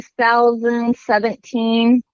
2017